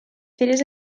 fires